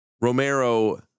Romero